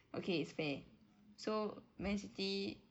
okay it's fair so man city